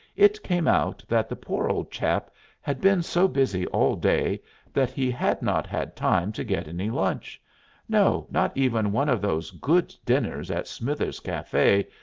it came out that the poor old chap had been so busy all day that he had not had time to get any lunch no, not even one of those good dinners at smithers's cafe,